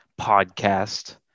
podcast